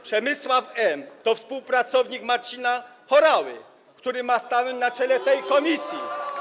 Przemysław M. to współpracownik Marcina Horały, który ma stanąć na czele tej komisji.